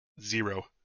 Zero